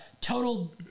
total